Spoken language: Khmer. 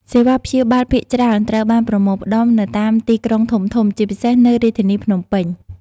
សេវាព្យាបាលភាគច្រើនត្រូវបានប្រមូលផ្តុំនៅតាមទីក្រុងធំៗ ជាពិសេសនៅរាជធានីភ្នំពេញ។